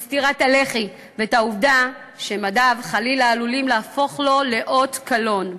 את סטירת הלחי ואת העובדה שמדיו חלילה עלולים להפוך לו לאות קלון.